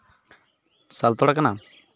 ᱥᱟᱞᱛᱳᱲᱟ ᱠᱟᱱᱟ